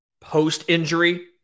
post-injury